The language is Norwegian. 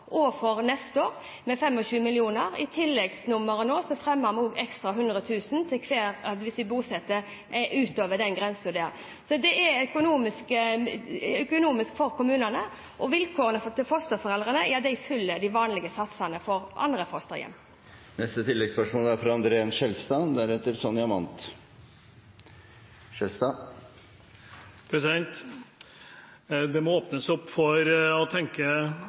og for neste år med 25 mill. kr. I tilleggsnummeret fremmer vi forslag om 100 000 kr ekstra per person hvis de bosetter utover den grensen. Så det er økonomisk for kommunene. Vilkårene for fosterforeldre følger de vanlige satsene for andre fosterhjem. André N. Skjelstad – til oppfølgingsspørsmål. Det må åpnes opp for å tenke